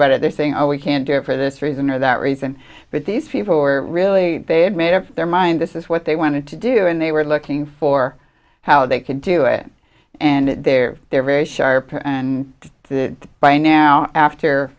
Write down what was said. about it they're saying oh we can't care for this reason or that reason but these people were really they had made up their mind this is what they wanted to do and they were looking for how they could do it and there they're very sharp and by now after